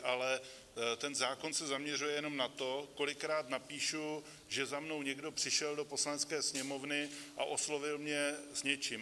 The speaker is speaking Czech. Ale ten zákon se zaměřuje jenom na to, kolikrát napíšu, že za mnou někdo přišel do Poslanecké sněmovny a oslovil mě s něčím.